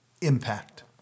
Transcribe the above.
Impact